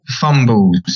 fumbles